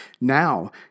Now